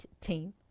team